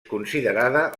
considerada